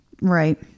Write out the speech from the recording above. Right